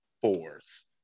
force